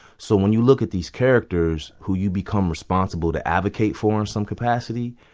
so when you look at these characters who you become responsible to advocate for in some capacity,